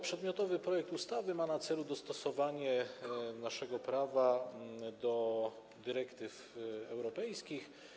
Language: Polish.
Przedmiotowy projekt ustawy ma na celu dostosowanie naszego prawa do dyrektyw europejskich.